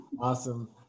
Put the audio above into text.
awesome